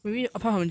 legit ah